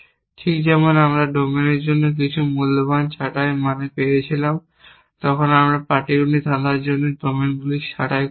ঠিক যেমন আমরা ডোমেনের জন্য কিছু মূল্যবান ছাঁটাই মান পেয়েছিলাম যখন আমরা পাটিগণিত ধাঁধার জন্য ডোমেনগুলি ছাঁটাই করি